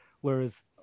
whereas